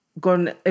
gone